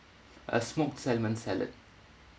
a smoked salmon salad